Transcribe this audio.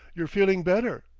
you're feeling better?